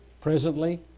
presently